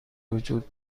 وجود